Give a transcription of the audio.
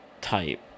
type